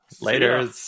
Later